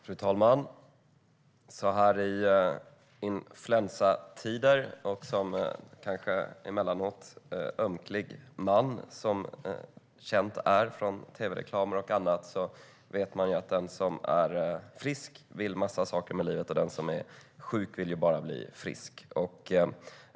Fru talman! Så här i influensatider och som ömklig man - något som är känt från tv-reklam och annat - vet man att den som är frisk vill en massa saker med livet medan den som är sjuk bara vill bli frisk.